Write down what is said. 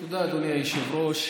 תודה, אדוני היושב-ראש.